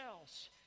else